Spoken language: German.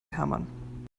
hermann